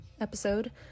episode